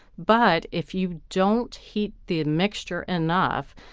but if you don't heat the mixture enough,